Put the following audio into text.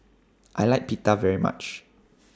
I like Pita very much